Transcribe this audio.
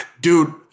Dude